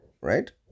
right